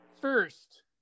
first